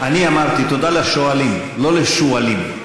אני אמרתי תודה לשואלים, לא לשועלים.